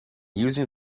using